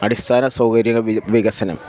അടിസ്ഥാന സൗകര്യ വികസനം